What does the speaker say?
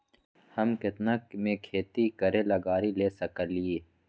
हम केतना में खेती करेला गाड़ी ले सकींले?